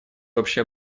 общее